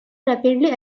rapidly